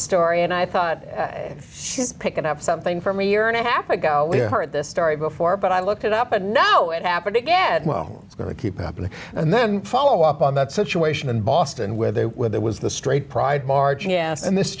story and i thought she's picking up something from a year and a half ago we heard this story before but i looked it up and now it happened again well it's going to keep happening and then follow up on that situation in boston where they were there was the straight pride march again and this